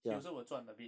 he also will 赚 a bit